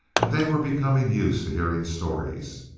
and they were becoming used to hearing stories.